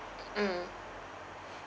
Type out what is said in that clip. mm